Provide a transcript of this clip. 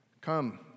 come